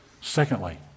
Secondly